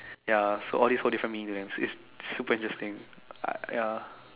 ya so all these hold different meaning to them its super interesting I ya